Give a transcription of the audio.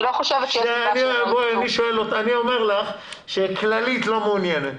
אני לא חושבת ש- -- אני אומר לך שכללית לא מעוניינת.